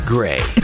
Gray